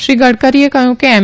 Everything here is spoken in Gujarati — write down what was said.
શ્રી ગડકરીએ કહયું કે એમ